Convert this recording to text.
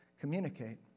communicate